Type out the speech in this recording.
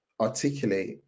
articulate